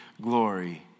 glory